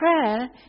Prayer